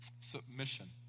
Submission